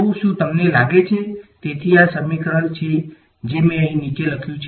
તો શું તમને લાગે છે તેથી આ સમીકરણ છે જે મેં અહીં નિચે લખ્યું છે